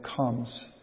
comes